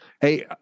Hey